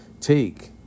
Take